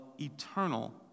eternal